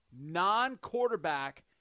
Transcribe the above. non-quarterback